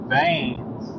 veins